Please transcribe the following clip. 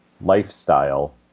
lifestyle